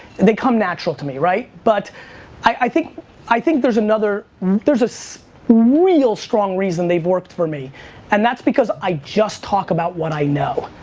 and they come natural to me right, but i think i think there's another so real strong reason they worked for me and that's because i just talk about what i know.